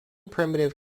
primitive